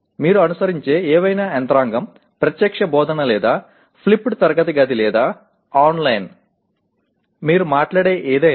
మీరు అనుసరించే ఏవైనా యంత్రాంగం ప్రత్యక్ష బోధన లేదా ఫ్లీప్పేడ్ తరగతిగది లేదా ఆన్లైన్ మీరు మాట్లాడే ఏదైనా